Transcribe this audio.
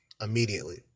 immediately